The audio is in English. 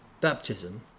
baptism